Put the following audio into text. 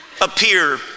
appear